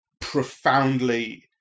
profoundly